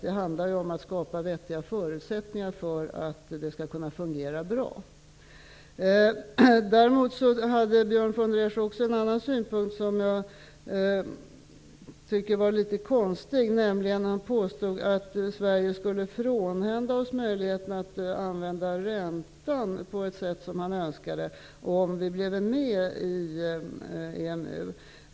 Det handlar om att skapa vettiga förutsättningar för att det skall kunna fungera bra. Därutöver framförde Björn von der Esch en annan synpunkt som jag tycker var litet konstig. Han påstod nämligen att Sverige skulle frånhända sig möjligheterna att använda räntan på ett sätt som han önskade, om vi gick med i EMU.